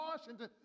Washington